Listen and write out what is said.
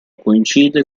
coincide